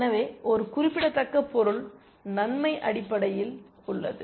எனவே ஒரு குறிப்பிடத்தக்க பொருள் நன்மை அடிப்படையில் உள்ளது